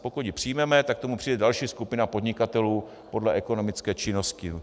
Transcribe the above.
Pokud ji přijmeme, tak k tomu přijde další skupina podnikatelů podle ekonomické činnosti.